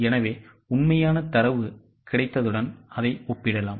எனவே உண்மையான தரவு கிடைத்தவுடன் அதை ஒப்பிடலாம்